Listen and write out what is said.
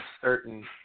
certain